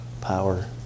power